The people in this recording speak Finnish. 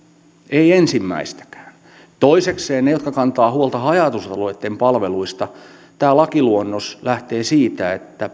ei ensimmäistäkään toisekseen niille jotka kantavat huolta haja asutusalueitten palveluista tämä lakiluonnos lähtee siitä että